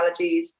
allergies